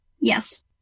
Yes